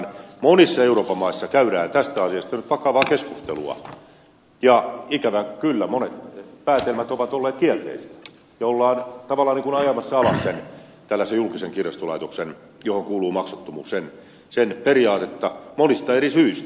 monissa euroopan maissa käydään tästä asiasta nyt vakavaa keskustelua ja ikävä kyllä monet päätelmät ovat olleet kielteisiä ja ollaan tavallaan ajamassa alas tällaisen julkisen kirjastolaitoksen johon kuuluu maksuttomuus periaatetta monista eri syistä